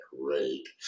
great